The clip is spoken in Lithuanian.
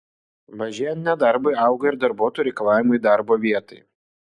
mažėjant nedarbui auga ir darbuotojų reikalavimai darbo vietai